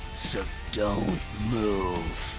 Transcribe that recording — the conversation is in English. so don't move!